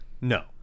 no